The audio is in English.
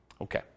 Okay